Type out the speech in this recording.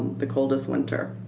the coldest winter.